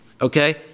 okay